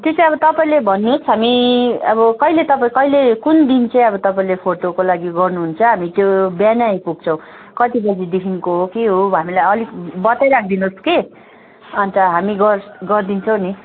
त्यो चाहिँ अब तपाईँले भन्नुहोस् हामी अब कहिले तपाईँ कहिले कुन दिन चाहिँ अब तपाईँले फोटोको लागि गर्नुहुन्छ हामी त्यो बिहानै आइपुग्छौँ कति बजीदेखिको हो के हो हामीलाई अलिक बताई राख्दिनुस कि अन्त हामी गर् गरिदिन्छौँ नि